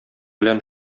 белән